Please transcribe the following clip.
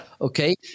okay